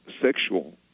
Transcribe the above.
sexual